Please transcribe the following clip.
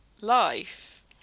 life